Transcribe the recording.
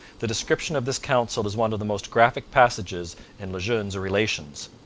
the description of this council is one of the most graphic passages in le jeune's relations.